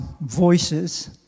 voices